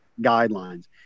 guidelines